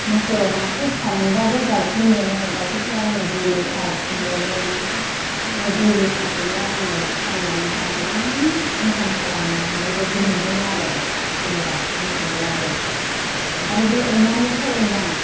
बोसोराव मासे फिसा मोनबाबो गाइखेर मोनो गाइखेरखौ आङो दुइ लिटार मोनो बे दुइ लिथारखौनो आङो फाननानै दा बिराद इनकाम खालामनो हानायबायदि मोनदों आरो जेनेबा मोसौनियावबो आरो बे अमानियाथ' अमा